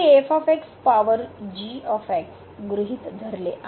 येथे f power g गृहित धरले